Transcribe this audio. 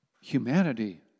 humanity